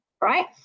right